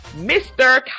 Mr